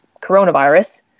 coronavirus